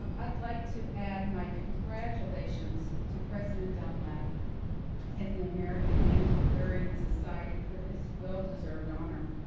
i'd like to add my congratulations to president dunlap as the american antiquarian society for this well deserved honor.